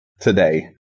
today